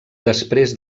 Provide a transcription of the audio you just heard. després